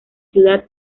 ciudad